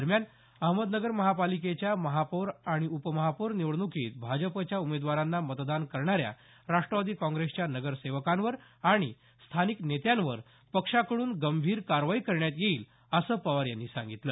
दरम्यान अहमदनगर महानगरपालिकेच्या महापौर उपमहापौर निवडणुकीत भाजपच्या उमेदवारांना मतदान करणाऱ्या राष्ट्रवादी काँग्रेसच्या नगरसेवकांवर आणि स्थानिक नेत्यांवर पक्षाकड्रन गंभीर कारवाई करण्यात येईल असं पवार यांनी सांगितलं